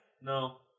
No